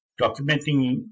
documenting